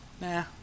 nah